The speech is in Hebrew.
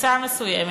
קבוצה מסוימת.